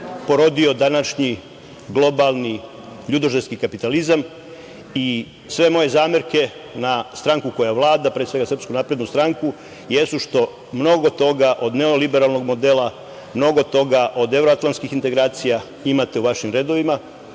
porodio današnji globalni ljudožderski kapitalizam i sve moje zamerke na stranku koja vlada, pre svega SNS, jesu što mnogo toga od neoliberalnog modela, mnogo toga od evroatlanskih integracija imate u vašim redovima